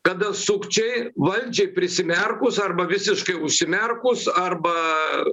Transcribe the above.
kada sukčiai valdžiai prisimerkus arba visiškai užsimerkus arba